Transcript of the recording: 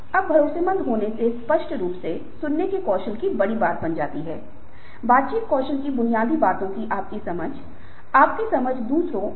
इसलिएSWOT विश्लेषण करने से आप उपलब्धि और कैरियर परिवर्तन को निखार कर सकते हैं और आप अपने नए कौशल ज्ञान और रुचियों को विकसित कर सकते हैं और आप खुद को प्रेरित कर सकते हैं